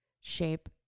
shape